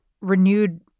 renewed